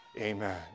Amen